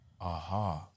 Aha